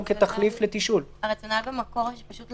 לרבות ישיבה לצורך אכילה של מבקרים בשטח השוק,